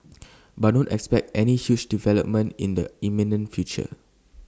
but don't expect any huge development in the imminent future